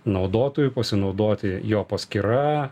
naudotojųu pasinaudoti jo paskyra